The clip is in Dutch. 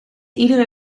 iedere